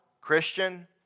Christian